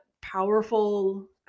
powerful